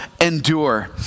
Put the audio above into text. Endure